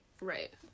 right